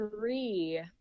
three